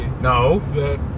No